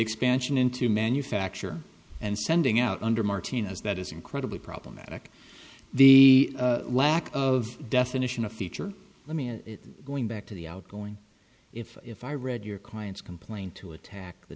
expansion into manufacture and sending out under martina's that is incredibly problematic the lack of definition of feature let me going back to the outgoing if if i read your client's complaint to attack the